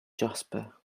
jasper